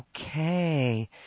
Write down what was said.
Okay